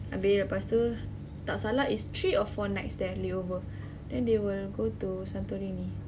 habis lepas tu tak salah is three or four nights there layover then they will go to santorini